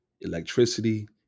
electricity